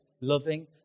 loving